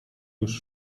już